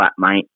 flatmate